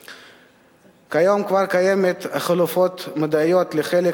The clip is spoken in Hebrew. כיום כבר קיימות חלופות מדעיות לחלק